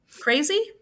Crazy